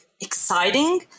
exciting